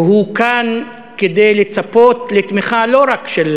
והוא כאן כדי לצפות לתמיכה לא רק של